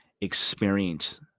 experience